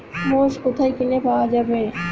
মোষ কোথায় কিনে পাওয়া যাবে?